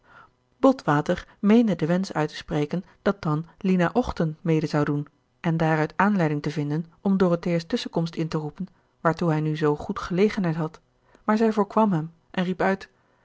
botwater meende den wensch uit te spreken dat dan gerard keller het testament van mevrouw de tonnette lina ochten mede zou doen en daaruit aanleiding te vinden om dorothea's tusschenkomst in te roepen waartoe hij nu zoo goed gelegenheid had maar zij voorkwam hem en riep uit